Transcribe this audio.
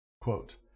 Quote